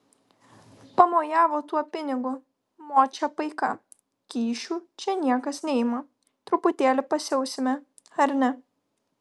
pamojavo tuo pinigu močia paika kyšių čia niekas neima truputėlį pasiausime ar ne